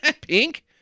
Pink